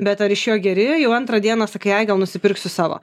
bet ar iš jo geri jau antrą dieną sakai ai gal nusipirksiu savo